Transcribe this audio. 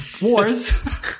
wars